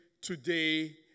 today